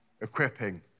equipping